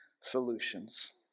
solutions